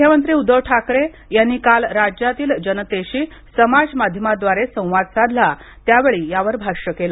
मुख्यमंत्री उद्दव ठाकरे यांनी काल राज्यातील जनतेशी समूहमाध्यमाद्वारे संवाद साधला त्यावेळी यावर भाष्य केलं